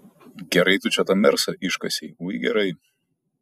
gerai tu čia tą mersą iškasei ui gerai